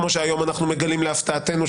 כמו שהיום אנחנו מגלים להפתעתנו,